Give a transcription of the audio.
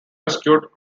rescued